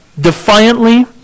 defiantly